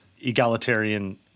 egalitarian